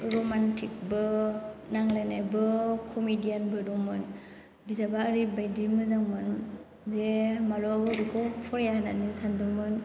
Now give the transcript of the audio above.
romantic बो नांलायनायबो कमिदियान बो दंमोन बिजाबा ओरैबायदि मोजांमोन जे माब्लाबाबो बेखौ फराया होननानै सान्दोंमोन